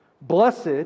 Blessed